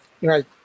Right